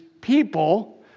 people